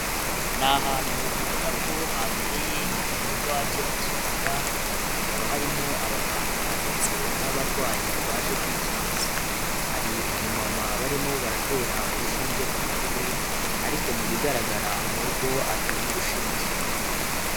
Ni ahantu ubona ko habereye igikorwa cyo gukingira, hakaba harimo abaganga ndetse n'abarwayi baje kwikingiza. Hari umumama barimo baratera urushinge ku rutugu ariko mu bigaragara ni uko atinya urushinge.